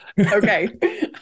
okay